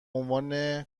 عنوان